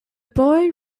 boy